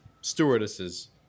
stewardesses